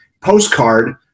postcard